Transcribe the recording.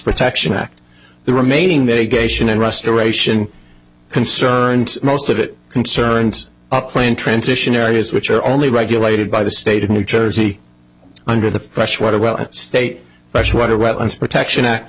protection act the remaining they gave the restoration concerned most of it concerns up clay in transition areas which are only regulated by the state of new jersey under the fresh water well state fresh water wetlands protection act